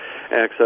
access